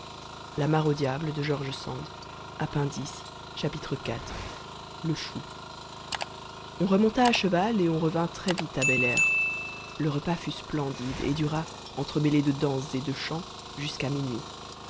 solange iv le chou on remonta à cheval et on revint très vite à belair le repas fut splendide et dura entremêlé de danses et de chants jusqu'à minuit